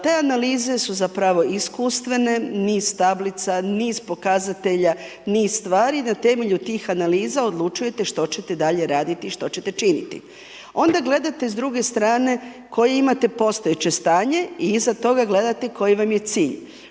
Te analize su zapravo iskustvene, niz tablica, niz pokazatelja, niz stvari, na temelju tih analiza odlučujete što ćete dalje radi, što ćete činiti. Onda gledate s druge strane koje imate postojeće stanje i iza toga gledate koji vam je cilj.